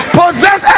possess